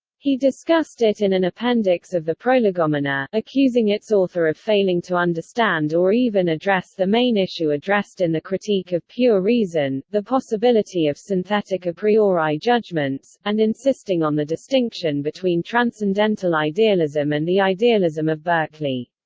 he discussed it in an appendix of the prolegomena, accusing its author of failing to understand or even address the main issue addressed in the critique of pure reason, the possibility of synthetic a priori judgments, and insisting on the distinction between transcendental idealism and the idealism of berkeley.